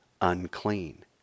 unclean